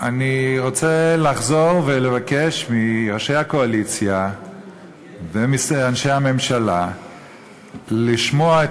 אני רוצה לחזור ולבקש מראשי הקואליציה ומאנשי הממשלה לשמוע את